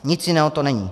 Nic jiného to není.